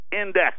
Index